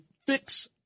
fix